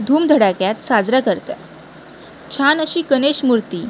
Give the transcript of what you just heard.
धुमधडाक्यात साजरा करतात छान अशी गणेश मूर्ती